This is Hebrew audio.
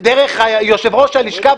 דרך יושב-ראש הלשכה,